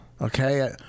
Okay